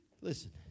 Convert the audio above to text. Listen